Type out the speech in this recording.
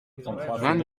vingt